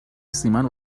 سیمان